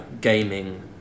gaming